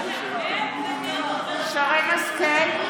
בעד שרן מרים השכל,